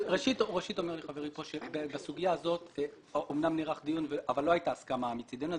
אומר לי חברי שאכן בסוגיה הזאת התקיים דיון אבל לא הייתה הסכמה מצדנו.